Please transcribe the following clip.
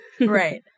Right